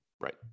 Right